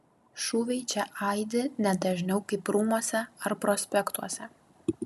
šūviai čia aidi ne dažniau kaip rūmuose ar prospektuose